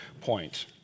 point